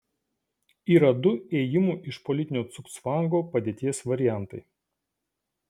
yra du ėjimų iš politinio cugcvango padėties variantai